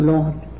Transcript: Lord